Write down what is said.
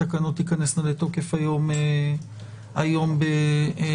התקנות תיכנסנה לתוקף היום בחצות.